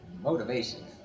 Motivation